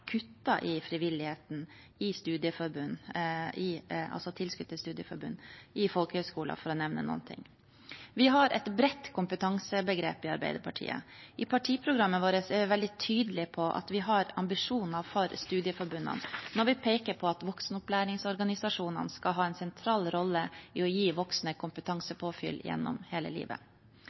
i frivilligheten, i tilskudd til studieforbund og til folkehøyskoler, for å nevne noe. Vi har et bredt kompetansebegrep i Arbeiderpartiet. I partiprogrammet vårt er vi veldig tydelige på at vi har ambisjoner for studieforbundene når vi peker på at voksenopplæringsorganisasjonene skal ha en sentral rolle i å gi voksne kompetansepåfyll gjennom hele livet.